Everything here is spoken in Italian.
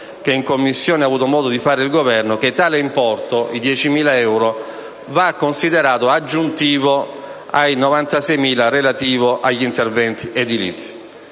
che in Commissione ha avuto modo di fare il Governo, e cioè che l'importo di 10.000 euro va considerato aggiuntivo ai 96.000 relativi agli interventi edilizi.